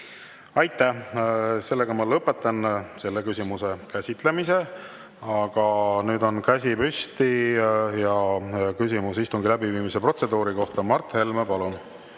Aitäh! Ma lõpetan selle küsimuse käsitlemise. Aga nüüd on käsi püsti ja küsimus istungi läbiviimise protseduuri kohta Mart Helmel. Palun!